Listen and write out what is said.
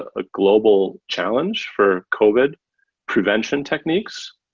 a global challenge for covid prevention techniques.